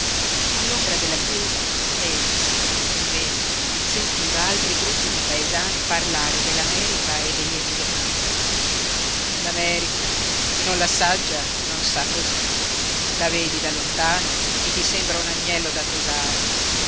all'ombra della chiesa efix invece sentiva altri gruppi di paesani parlare dell'america e degli emigranti l'america chi non l'assaggia non sa cosa è la vedi da lontano e ti sembra un agnello da tosare